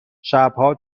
شبها